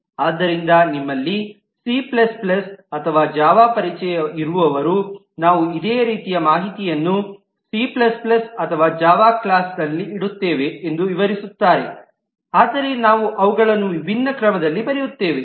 ಆದ್ದರಿಂದ ನಿಮ್ಮಲ್ಲಿ C c ಮತ್ತು ಜಾವಾ ಪರಿಚಯವಿರುವವರು ನಾವು ಇದೇ ರೀತಿಯ ಮಾಹಿತಿಯನ್ನು ಸಿ c ಅಥವಾ ಜಾವಾ ಕ್ಲಾಸ್ಲ್ಲಿ ಇಡುತ್ತೇವೆ ಎಂದು ವಿವರಿಸುತ್ತಾರೆ ಆದರೆ ನಾವು ಅವುಗಳನ್ನು ವಿಭಿನ್ನ ಕ್ರಮದಲ್ಲಿ ಬರೆಯುತ್ತೇವೆ